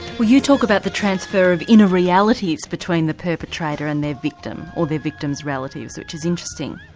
you talk about the transfer of inner realities between the perpetrator and their victim, or their victim's relatives which is interesting.